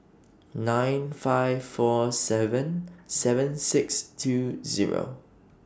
nine five four seven seven six two Zero